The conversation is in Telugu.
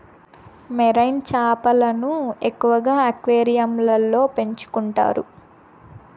మెరైన్ చేపలను ఎక్కువగా అక్వేరియంలలో పెంచుకుంటారు